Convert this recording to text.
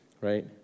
right